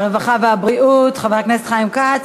הרווחה והבריאות חבר הכנסת חיים כץ.